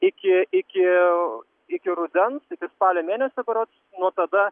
iki iki iki rudens iki spalio mėnesio berods nuo tada